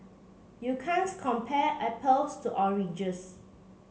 you can't compare apples to oranges